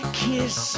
kiss